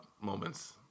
moments